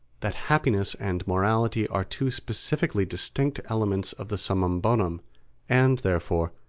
that happiness and morality are two specifically distinct elements of the summum bonum and, therefore,